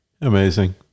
amazing